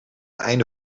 einde